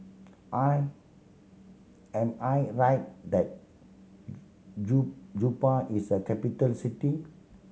I am I right that Juba is a capital city